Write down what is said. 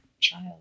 child